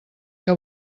que